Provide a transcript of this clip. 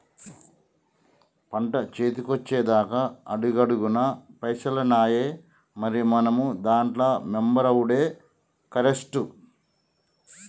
పంట సేతికొచ్చెదాక అడుగడుగున పైసలేనాయె, మరి మనం దాంట్ల మెంబరవుడే కరెస్టు